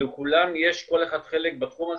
לכולם יש כל אחד חלק בתחום הזה,